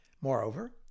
Moreover